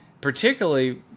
Particularly